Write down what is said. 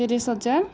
ତିରିଶି ହଜାର